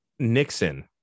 Nixon